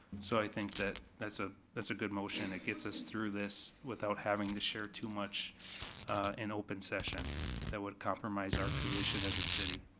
so i think that that's ah that's a good motion and it gets us through this without having to share too much in open session that would compromise our position as a city.